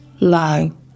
low